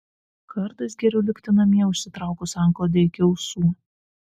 kartais geriau likti namie užsitraukus antklodę iki ausų